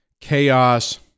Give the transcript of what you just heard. chaos